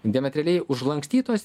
diametraliai užlankstytos